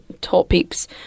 topics